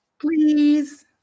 Please